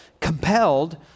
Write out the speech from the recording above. compelled